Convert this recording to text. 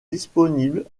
disponibles